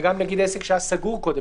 וגם עסק שהיה סגור קודם.